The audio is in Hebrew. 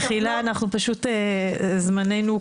פשוט זמננו קצר.